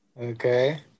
Okay